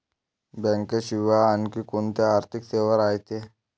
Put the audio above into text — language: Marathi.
बँकेशिवाय आनखी कोंत्या आर्थिक सेवा रायते?